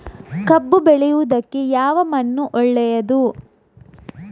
ಕಬ್ಬು ಬೆಳೆಯುವುದಕ್ಕೆ ಯಾವ ಮಣ್ಣು ಒಳ್ಳೆಯದು?